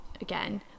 again